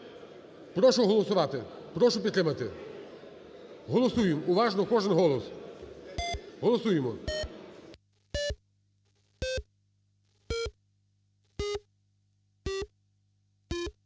Прошу голосувати. Прошу підтримати. Голосуємо уважно. Кожен голос. Голосуємо.